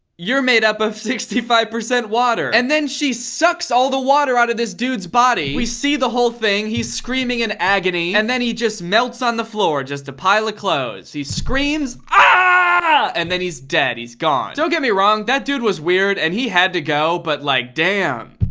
you're made up of sixty five percent water. and then she sucks all the water out of this dude's body. we see the whole thing, he's screaming in agony, and then he just melts on the floor, just a pile of clothes. he screams ah and then he's dead, he's gone. don't get me wrong, that dude was weird, and he had to go, but like, damn,